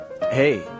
hey